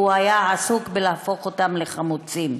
והוא היה עסוק בלהפוך אותם לחמוצים.